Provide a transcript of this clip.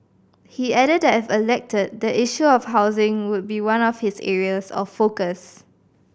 he added that if elected the issue of housing would be one of his areas of focus